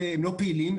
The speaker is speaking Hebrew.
פעילים,